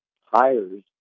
hires